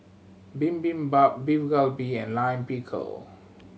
Bibimbap Beef Galbi and Lime Pickle